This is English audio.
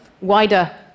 wider